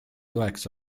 toeks